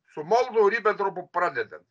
su molotovu ribentropu pradedant